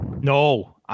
No